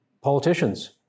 politicians